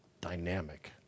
dynamic